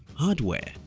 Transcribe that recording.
hardware,